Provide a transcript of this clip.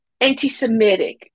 anti-Semitic